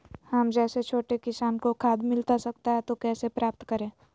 हम जैसे छोटे किसान को खाद मिलता सकता है तो कैसे प्राप्त करें?